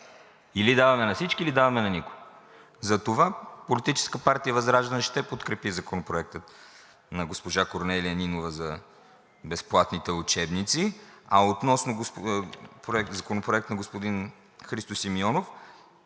Или даваме на всички, или не даваме на никого. Затова Политическа партия ВЪЗРАЖДАНЕ ще подкрепи Законопроекта на госпожа Корнелия Нинова за безплатните учебници, а относно Законопроекта на господин Христо Симеонов,